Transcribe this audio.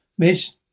Miss